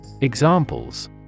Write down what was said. Examples